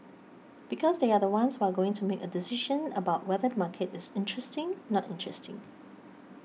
because they are the ones who are going to make a decision about whether the market is interesting not interesting